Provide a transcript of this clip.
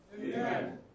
Amen